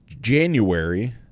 January